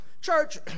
Church